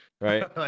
right